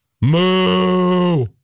Moo